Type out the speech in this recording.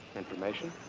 information?